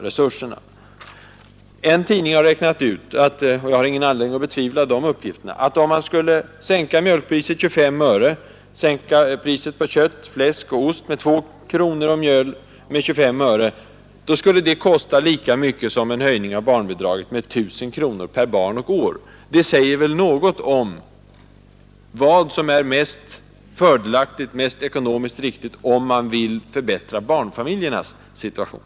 En tidning har räknat ut — och jag har ingen anledning att betvivla dessa uppgifter — att en sänkning av mjölkpriset med 25 öre per liter, av priset på kött, fläsk och ost med 2 kronor per kilo och av priset på mjöl med 25 öre per kilo skulle kosta lika mycket som en höjning av barnbidraget med 1 000 kronor per barn och år. Det säger väl något om vad som är fördelaktigast och ekonomiskt riktigast, när man vill förbättra barnfamiljernas situation.